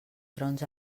trons